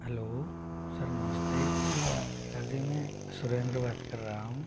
hello sir नमस्ते sir ji मैं सुरेंद्र बात कर रहा हूँ